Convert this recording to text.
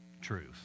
truth